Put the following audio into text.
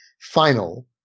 final